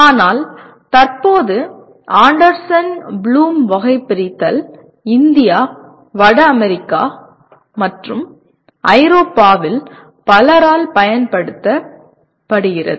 ஆனால் தற்போது Anderson Bloom வகைபிரித்தல் இந்தியா வட அமெரிக்கா மற்றும் ஐரோப்பாவில் பலரால் பயன்படுத்தப்படுகிறது